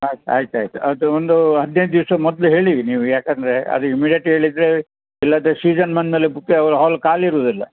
ಆಯ್ತು ಆಯ್ತು ಆಯಿತು ಅದು ಒಂದು ಹದಿನೈದು ದಿವಸ ಮೊದ್ಲು ಹೇಳಿರಿ ನೀವು ಏಕಂದ್ರೆ ಅದು ಇಮ್ಮಿಡೇಟ್ ಹೇಳಿದರೆ ಇಲ್ಲದೆ ಸೀಸನ್ ಬಂದ ಮೇಲೆ ಬುಕ್ ಯಾವ ಹಾಲ್ ಖಾಲಿ ಇರುವುದಿಲ್ಲ